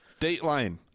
Dateline